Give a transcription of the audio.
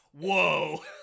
whoa